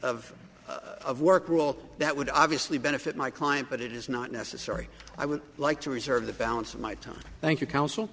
of of work rule that would obviously benefit my client but it is not necessary i would like to reserve the balance of my time thank you coun